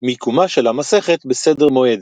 מיקומה של המסכת בסדר מועד